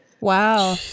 Wow